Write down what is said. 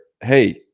Hey